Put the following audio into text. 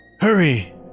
Hurry